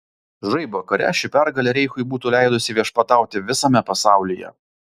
žaibo kare ši pergalė reichui būtų leidusi viešpatauti visame pasaulyje